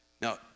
Now